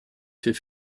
fait